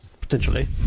Potentially